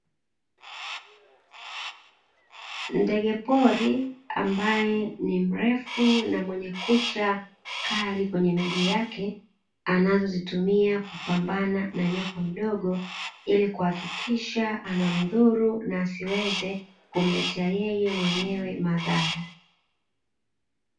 Ndege pori ambae ni mrefu na mwenye kucha kali kwenye miguu yake, anazozitumia kupambana na nyoka mdogo ili kuhakikisha anamthuru na asiweze kumletea yeye mwenyewe madhara.